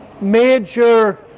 major